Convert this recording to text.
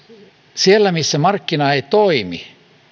siellä missä markkina ei toimi